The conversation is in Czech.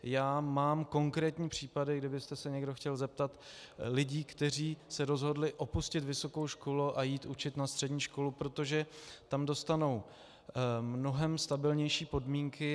Já mám konkrétní případy, kdybyste se chtěl někdo zeptat lidí, kteří se rozhodli opustit vysokou školu a jít učit na střední školu, protože tam dostanou mnohem stabilnější podmínky.